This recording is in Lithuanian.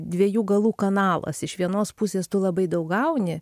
dviejų galų kanalas iš vienos pusės tu labai daug gauni